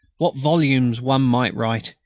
what volumes one might write,